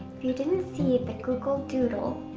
if you didn't see the google doodle.